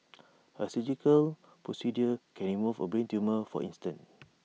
A surgical procedure can remove A brain tumour for instance